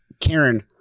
Karen